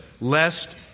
lest